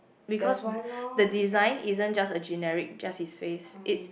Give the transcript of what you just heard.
because the design isn't just a generic just his face it